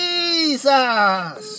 Jesus